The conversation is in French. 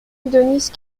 denise